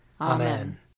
Amen